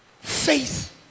Faith